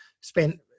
spent